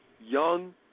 young